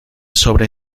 sobre